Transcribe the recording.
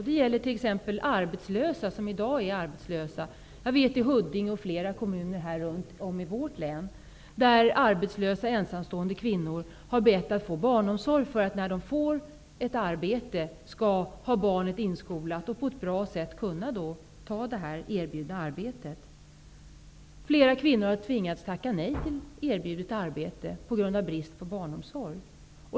Det kan gälla personer som i dag är arbetslösa. I Huddinge och i flera andra kommuner i länet har arbetslösa ensamstående kvinnor bett om att få barnomsorg. När de får ett arbete vill de ha barnet inskolat, så att de på ett bra sätt kan ta det erbjudna arbetet. Flera kvinnor har tvingats tacka nej till erbjudet arbete just på grund av att de inte fått barnomsorg.